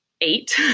eight